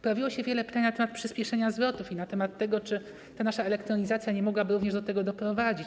Pojawiło się wiele pytań na temat przyspieszenia zwrotów, na temat tego, czy ta nasza elektronizacja nie mogłaby również do tego doprowadzić.